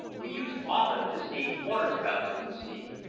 we used often to see waterspouts in the sea.